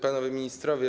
Panowie Ministrowie!